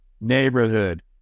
neighborhood